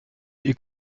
est